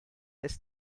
des